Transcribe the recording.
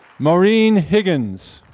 maureen higgins.